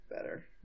better